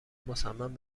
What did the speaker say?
مصمم